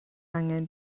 angen